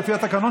לפי התקנון,